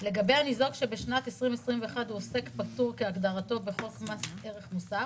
"לגבי הניזוק שבשנת 2021 הוא עוסק פטור כהגדרתו בחוק מס ערך מוסף